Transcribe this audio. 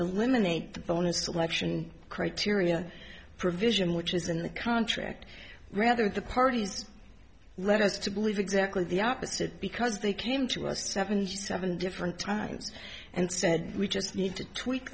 eliminate on a selection criteria provision which is in the contract rather the parties let us to believe exactly the opposite because they came to us seventy seven different times and said we just need to tweak